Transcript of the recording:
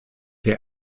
der